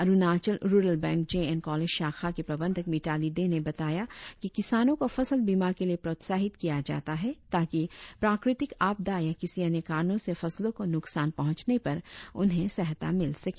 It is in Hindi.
Arunachal rural bank J N college शाखा की प्रबंधक मिताली डे ने बताया कि किसानों को फसल बीमा के लिए प्रोत्साहित किया जाता है ताकि प्राकृतिक आपदा या किसी अन्य कारणों से फसलों को नुकसान पहुंचने पर उन्हें सहायता मिल सके